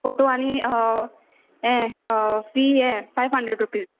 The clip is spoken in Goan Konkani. फोटो आनी हें फी हें फायव हंड्रेड रुपीज